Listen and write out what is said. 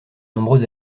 nombreux